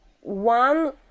one